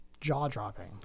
jaw-dropping